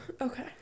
okay